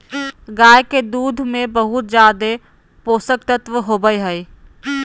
गाय के दूध में बहुत ज़्यादे पोषक तत्व होबई हई